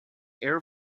air